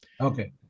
Okay